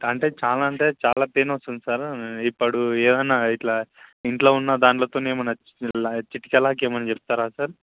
అంటే చాలా అంటే చాల పైన్ వస్తుంది సార్ ఇప్పుడు ఏమన్న ఇట్లా ఇంట్లో ఉన్న దాంతో ఏమన్న ఇట్లా చిట్కాలాగా ఏమన్న చెప్తారా సార్